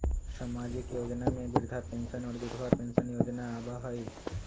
सामाजिक योजना में वृद्धा पेंसन और विधवा पेंसन योजना आबह ई?